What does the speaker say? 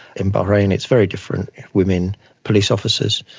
in bahrain it's very different women police officers,